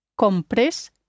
compres